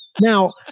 Now